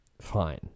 fine